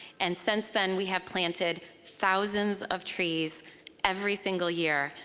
and since then, we have planted thousands of trees every single year,